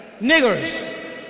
niggers